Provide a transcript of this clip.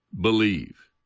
believe